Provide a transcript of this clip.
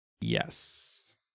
Yes